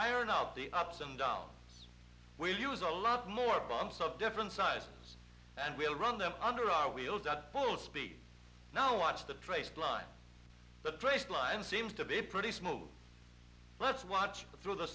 iron out the ups and downs we use a lot more bombs of different size and we'll run them under our wheels the full speed now watch the race blind but brake line seems to be pretty smooth let's watch through the